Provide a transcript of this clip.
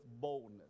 boldness